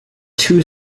too